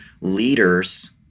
Leaders